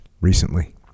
recently